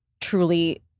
truly